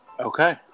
Okay